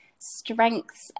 strengths